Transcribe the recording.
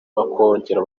bakongera